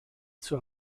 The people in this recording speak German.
zur